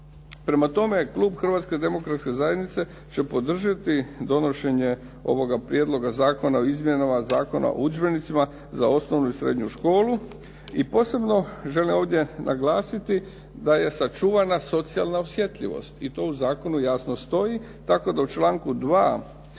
Prema tome, klub Hrvatske demokratske zajednice će podržati donošenja ovoga Prijedloga zakona o izmjenama Zakona o udžbenicima za osnovnu i srednju školu i posebno želim ovdje naglasiti da je sačuvana socijalna osjetljivost i to u zakonu jasno stoji, tako da u članku 2.